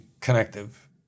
connective